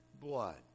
blood